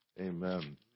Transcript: Amen